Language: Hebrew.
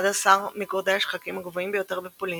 11 מגורדי השחקים הגבוהים ביותר בפולין,